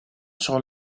sur